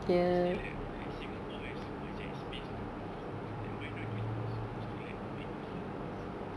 he say like like singapore has so much like space on roofs like why not use those roofs to like make the farms